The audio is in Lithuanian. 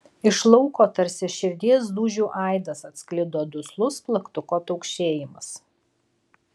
iš lauko tarsi širdies dūžių aidas atsklido duslus plaktuko taukšėjimas